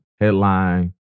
headline